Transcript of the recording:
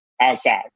outside